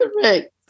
correct